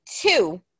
two